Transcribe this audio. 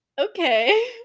Okay